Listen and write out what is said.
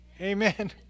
Amen